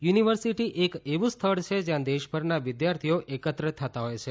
university એક એવું સ્થળ છે જ્યાં દેશભરના વિદ્યાર્થીઓ એકત્ર થતા હોય છે